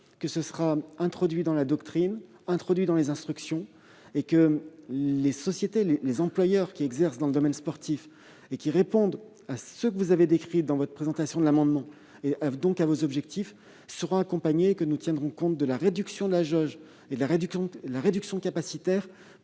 : ce sera introduit dans la doctrine et dans les instructions ; les employeurs qui exercent dans le domaine sportif et qui répondent à ce que vous avez décrit dans votre présentation de l'amendement, donc à vos objectifs, seront accompagnés. Nous tiendrons compte de la réduction de la jauge et de la réduction capacitaire